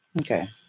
okay